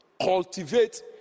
Cultivate